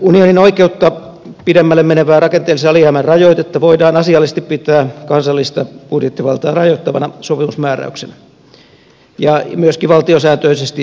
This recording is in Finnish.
unionin oikeutta pidemmälle menevää rakenteellisen alijäämän rajoitetta voidaan asiallisesti pitää kansallista budjettivaltaa rajoittavana sopimusmääräyksenä ja myöskin valtiosääntöisesti merkityksellisenä